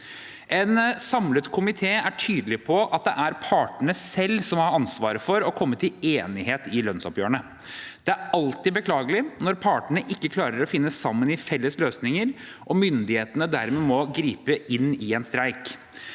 En samlet komité er tydelig på at det er partene selv som har ansvaret for å komme til enighet i lønnsoppgjørene. Det er alltid beklagelig når partene ikke klarer å finne sammen i felles løsninger og myndighetene dermed må gripe inn i en streik.